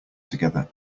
together